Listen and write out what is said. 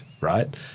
right